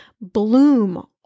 Bloom